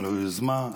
על היוזמה,